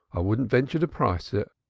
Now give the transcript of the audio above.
i wouldn't venture to price it.